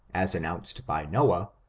as announced by noah,